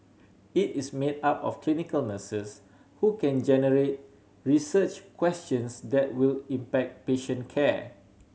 it is made up of clinical nurses who can generate research questions that will impact patient care